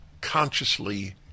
consciously